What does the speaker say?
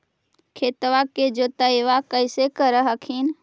खेतबा के जोतय्बा कैसे कर हखिन?